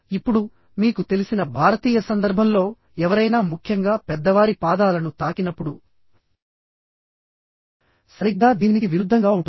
ఇప్పుడు మీకు తెలిసిన భారతీయ సందర్భంలో ఎవరైనా ముఖ్యంగా పెద్దవారి పాదాలను తాకినప్పుడు సరిగ్గా దీనికి విరుద్ధంగా ఉంటుంది